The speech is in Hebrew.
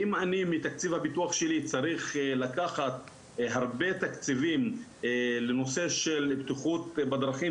אם אני צריך לקחת מתקציב הביטוח הרבה תקציבים לנושא של בטיחות בדרכים,